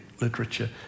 literature